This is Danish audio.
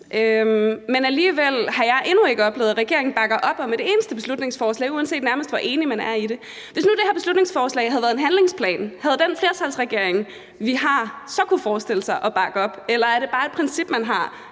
Men alligevel har jeg endnu ikke oplevet, at regeringen bakker op om et eneste beslutningsforslag, nærmest uanset hvor enig man er i det. Hvis nu det her beslutningsforslag havde været om en handlingsplan, havde den flertalsregering, vi har, så kunnet forestille sig at bakke op? Eller er det bare et princip, man har,